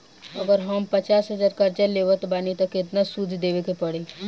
अगर हम पचास हज़ार कर्जा लेवत बानी त केतना सूद देवे के पड़ी?